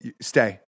stay